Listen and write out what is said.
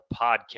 podcast